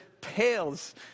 pales